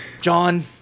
John